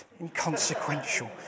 inconsequential